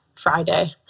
Friday